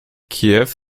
kiew